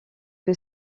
que